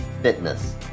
fitness